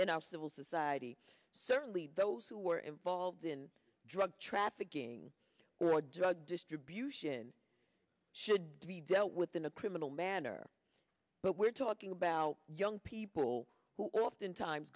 in our civil society certainly those who were involved in drug trafficking or drug distribution should be dealt with in a criminal manner but we're talking about young people who oftentimes